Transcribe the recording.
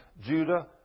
Judah